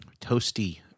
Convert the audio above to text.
toasty